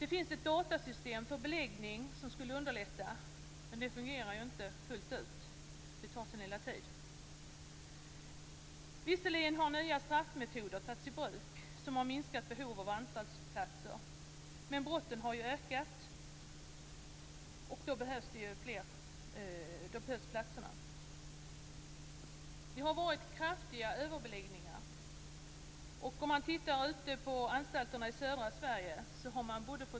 Det finns ett datasystem för att underlätta en jämn beläggning, men det fungerar ej fullt ut - det tar sin lilla tid. Visserligen har nya straffmetoder tagits i bruk som har minskat behovet av antalet anstaltsplatser. Men brotten har ökat, och då behövs platserna. Det har varit kraftiga överbeläggningar.